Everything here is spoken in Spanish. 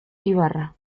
ibarra